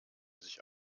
sich